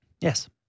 Yes